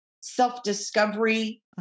self-discovery